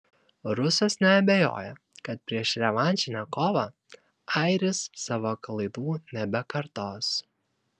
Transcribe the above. rusas neabejoja kad prieš revanšinę kovą airis savo klaidų nebekartos